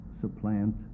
supplant